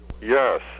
Yes